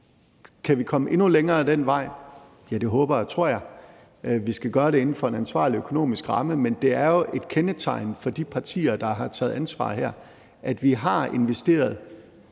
Kan vi komme endnu længere ad den vej? Ja, det håber og tror jeg. Vi skal gøre det inden for en ansvarlig økonomisk ramme, men det er jo et kendetegn for de partier, der har taget ansvar her, at de har investeret